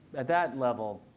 at that level,